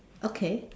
okay